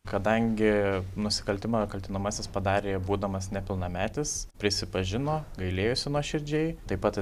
kadangi nusikaltimą kaltinamasis padarė būdamas nepilnametis prisipažino gailėjosi nuoširdžiai taip pat